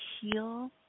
heal